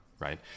right